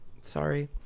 Sorry